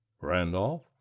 randolph